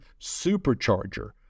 supercharger